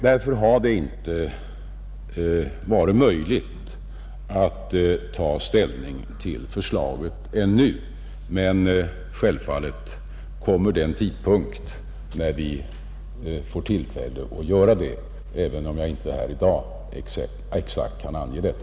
Därför har det inte varit möjligt att ta ställning till förslaget ännu. Men självfallet kommer den tidpunkt då vi får tillfälle att göra det, även om jag inte här i dag exakt kan ange denna.